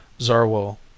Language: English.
Zarwell